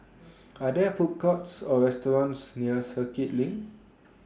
Are There Food Courts Or restaurants near Circuit LINK